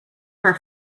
her